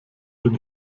bin